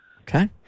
Okay